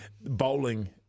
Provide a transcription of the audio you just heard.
Bowling